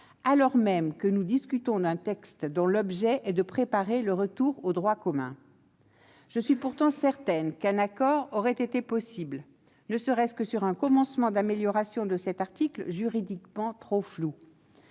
alors même que nous discutons d'un texte dont l'objet est de préparer le retour au droit commun. Je suis pourtant certaine qu'un accord aurait été possible, ne serait-ce que sur un commencement d'amélioration de cet article juridiquement trop flou.